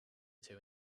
two